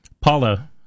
Paula